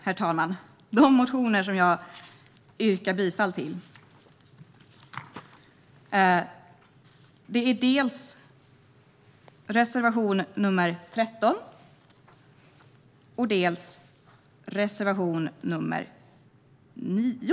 De reservationer som jag yrkar bifall till är nr 13 och nr 9.